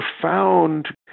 profound